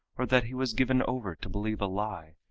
or that he was given over to believe a lie,